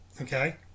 Okay